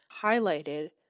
highlighted